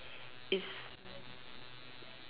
is